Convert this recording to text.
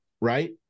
right